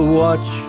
watch